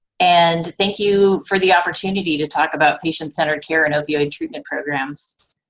and thank you for the opportunity to talk about patient-centered care and opioid treatment programs,